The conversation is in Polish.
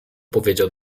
powiedział